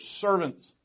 servants